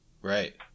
Right